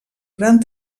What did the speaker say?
gran